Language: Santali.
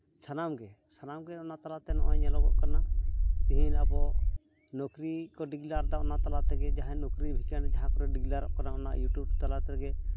ᱥᱟᱱᱟᱢᱜᱮ ᱥᱟᱱᱟᱢᱜᱮ ᱚᱱᱟ ᱛᱟᱞᱟᱛᱮ ᱱᱚᱜᱼᱚᱭ ᱧᱮᱞᱚᱜᱚᱜ ᱠᱟᱱᱟ ᱛᱮᱦᱤᱧ ᱟᱵᱚ ᱱᱩᱠᱨᱤ ᱠᱚ ᱰᱤᱜᱽᱞᱟᱨᱫᱟ ᱚᱱᱟ ᱛᱟᱞᱟ ᱛᱮᱜᱮ ᱡᱟᱦᱟᱸ ᱱᱚᱠᱨᱤ ᱵᱷᱮᱠᱮᱱᱴ ᱡᱟᱦᱟᱸ ᱠᱚᱨᱮ ᱰᱤᱜᱽᱞᱟᱨᱚᱜ ᱠᱟᱱᱟ ᱚᱱᱟ ᱤᱭᱩᱴᱩᱵᱽ ᱛᱟᱞᱟ ᱛᱮᱜᱮ